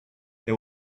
they